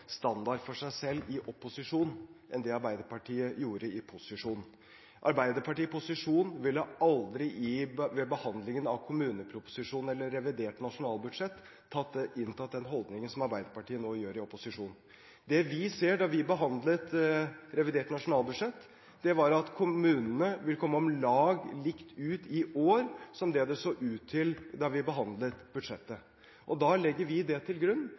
standard for seg selv i opposisjon enn det Arbeiderpartiet gjorde i posisjon. Arbeiderpartiet i posisjon ville under behandlingen av kommuneproposisjonen eller revidert nasjonalbudsjett aldri inntatt den holdningen som Arbeiderpartiet nå gjør i opposisjon. Det vi så da vi behandlet revidert nasjonalbudsjett, var at kommunene vil komme om lag likt ut i år som det det så ut til da vi behandlet budsjettet. Vi legger det til grunn.